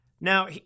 Now